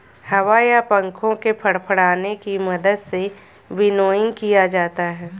हवा या पंखों के फड़फड़ाने की मदद से विनोइंग किया जाता है